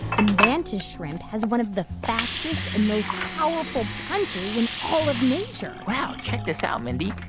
the mantis shrimp has one of the fastest and most powerful punches in all of nature wow. check this out, mindy.